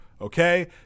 Okay